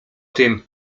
tym